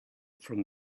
from